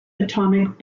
atomic